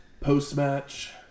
Post-match